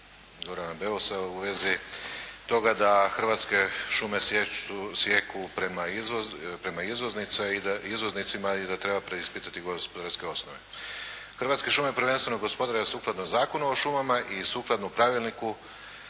Gorana Beusa u vezi toga da Hrvatske šume sijeku prema izvoznicima i treba preispitati gospodarske osnove. Hrvatske šume prvenstveno gospodine sukladno Zakonu o šumama i sukladno Pravilniku